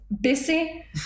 busy